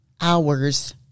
hours